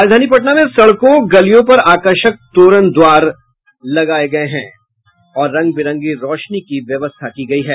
राजधानी पटना में सड़कों गलियों पर आकर्षक तोरण द्वार लगाये गये हैं और रंग बिरंगी रौशनी की व्यवस्था की गयी है